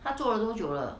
她做了多久了